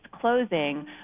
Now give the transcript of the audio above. closing